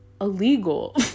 illegal